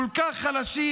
כל כך חלשים,